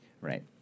Right